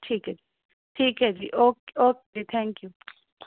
ਠੀਕ ਹੈ ਜੀ ਠੀਕ ਹੈ ਜੀ ਓਕੇ ਓਕੇ ਥੈਂਕ ਯੂ